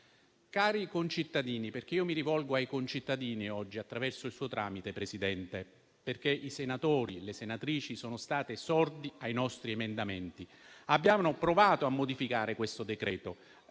Cari concittadini - è a loro che mi rivolgo oggi attraverso il suo tramite, signor Presidente, perché i senatori e le senatrici sono stati sordi ai nostri emendamenti - abbiamo provato a modificare questo decreto